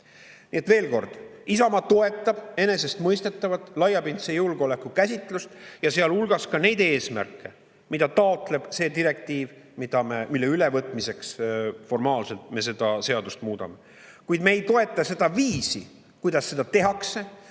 et veel kord: Isamaa toetab enesestmõistetavalt laiapindse julgeoleku käsitlust ja sealhulgas ka neid eesmärke, mida taotleb see direktiiv, mille ülevõtmiseks me seda seadust formaalselt muudame. Kuid me ei toeta seda viisi, kuidas seda tehakse,